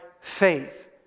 faith